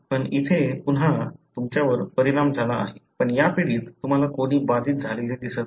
पण इथे पुन्हा तुमच्यावर परिणाम झाला आहे पण या पिढीत तुम्हाला कोणी बाधित झालेले दिसत नाही